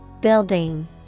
Building